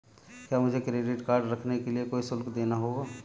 क्या मुझे credit card रखने के लिए कोई शुल्क देना होगा?